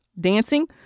dancing